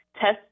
test